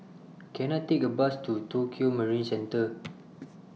Can I Take A Bus to Tokio Marine Centre